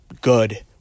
good